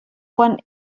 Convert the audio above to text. quan